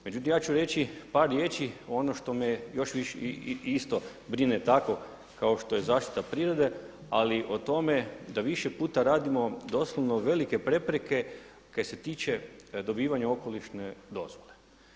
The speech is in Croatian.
Međutim ja ću reći par riječi ono što me isto brine tako kao što je zaštita prirode, ali o tome da više puta radimo doslovno velike prepreke kaj se tiče dobivanja okolišne dozvole.